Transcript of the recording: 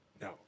No